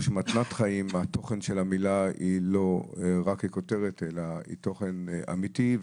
שמתנת חיים התוכן של המילה הוא לא רק ככותרת אלא תוכן אמיתי,